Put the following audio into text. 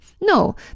No